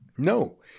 No